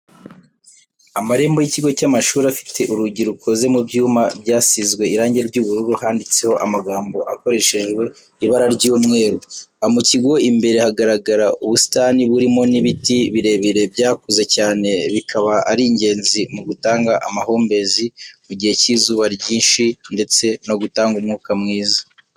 Amarembo y'ikigo cy'amashuri afite urugi rukoze mu byuma byasizwe irangi ry'ubururu handitseho amagambo akoreshejwe ibara ry'umweru, mu kigo imbere hagaragara ubusitani burimo n'ibiti birebire byakuze cyane bikaba ari ingenzi mu gutanga amahumbezi mu gihe cy'izuba ryinshi ndetse no gutanga umwuka mwiza.